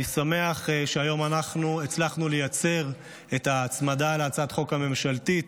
אני שמח שהיום הצלחנו לייצר את ההצמדה להצעת החוק הממשלתית,